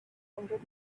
hundred